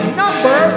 number